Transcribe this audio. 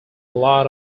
lot